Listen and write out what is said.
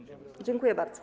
Dziękuję bardzo.